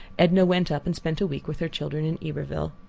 edna went up and spent a week with her children in iberville.